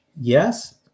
yes